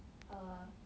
err